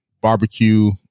barbecue